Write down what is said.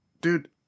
Dude